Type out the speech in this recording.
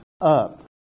up